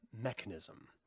Mechanism